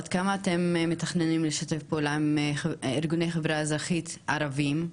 עד כמה אתם מתכננים לשתף פעולה עם ארגוני חברה אזרחית ערבים?